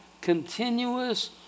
continuous